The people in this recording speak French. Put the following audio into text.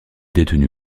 détenue